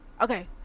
Okay